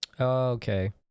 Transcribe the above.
Okay